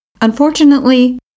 Unfortunately